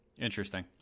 interesting